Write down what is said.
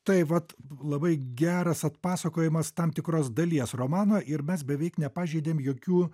tai vat labai geras atpasakojimas tam tikros dalies romano ir mes beveik nepažeidėm jokių